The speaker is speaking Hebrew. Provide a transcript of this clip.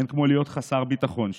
אין כמו להיות חסר ביטחון שוב,